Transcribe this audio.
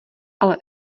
ale